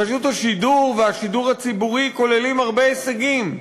רשות השידור והשידור הציבורי כוללים הרבה הישגים.